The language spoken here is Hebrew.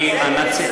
זה ממצרים.